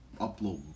upload